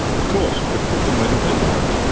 of course. but put them where the people aren't,